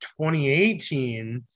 2018